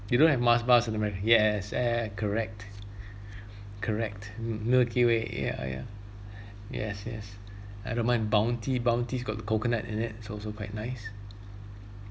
you don't have mars bar in americ~ yes ex~ correct correct mm milky way ya ya yes yes I don't mind bounty bounty's got coconut in it it's also quite nice